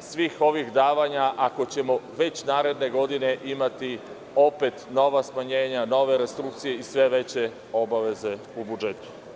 svih ovih davanja, ako ćemo već naredne godine imati opet nova smanjenja, nove restrikcije i sve veće obaveze u budžetu.